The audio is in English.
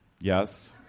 Yes